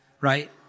right